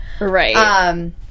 Right